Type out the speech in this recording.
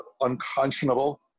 unconscionable